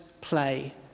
play